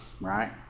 right